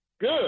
Good